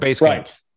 Right